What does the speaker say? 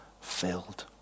filled